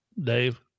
Dave